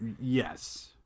Yes